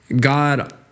God